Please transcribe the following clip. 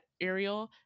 Ariel